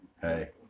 hey